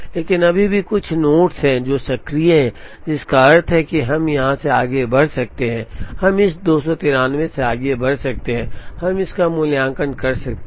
लेकिन अभी भी कुछ नोड्स हैं जो सक्रिय हैं जिसका अर्थ है हम यहां से आगे बढ़ सकते हैं हम इस 293 से आगे बढ़ सकते हैं हम इसका मूल्यांकन कर सकते हैं